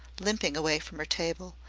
limping away from her table.